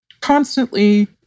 constantly